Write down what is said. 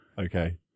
Okay